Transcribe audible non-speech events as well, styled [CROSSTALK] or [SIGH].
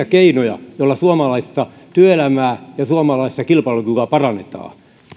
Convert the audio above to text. [UNINTELLIGIBLE] keinoja joilla suomalaista työelämää ja suomalaista kilpailukykyä parannetaan